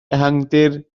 ehangdir